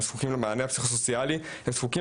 הם זקוקים למענה הפסיכוסוציאלי והם זקוקים